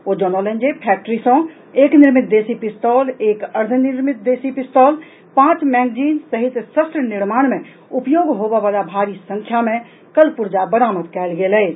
ओ जनौलनि जे फैक्ट्री सॅ एक निर्मित देशी पिस्तौल एक अर्द्वनिर्मित देशी पिस्तौल पांच मैंगजीन सहित शस्त्र निर्माण मे उपयोग होबय वला भारी संख्या मे कल पुर्जा बरामद कयल गेल अछि